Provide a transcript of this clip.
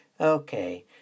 Okay